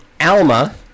Alma